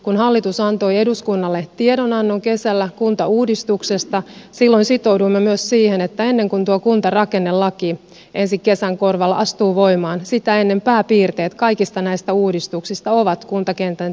kun hallitus antoi eduskunnalle tiedonannon kesällä kuntauudistuksesta silloin sitouduimme myös siihen että ennen kuin tuo kuntarakennelaki ensi kesän korvalla astuu voimaan pääpiirteet kaikista näistä uudistuksista ovat kuntakentän tiedossa